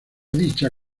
dicha